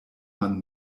man